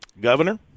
governor